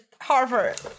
Harvard